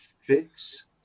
fix